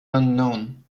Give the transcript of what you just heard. unknown